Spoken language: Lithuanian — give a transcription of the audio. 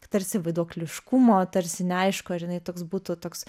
tarsi vaiduokliškumo tarsi neaišku ar jinai toks būtų toks